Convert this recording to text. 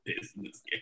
Business